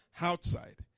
outside